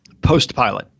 Postpilot